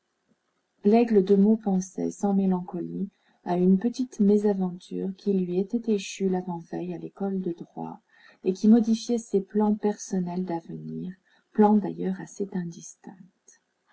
laigle de meaux pensait sans mélancolie à une petite mésaventure qui lui était échue l'avant-veille à l'école de droit et qui modifiait ses plans personnels d'avenir plans d'ailleurs assez indistincts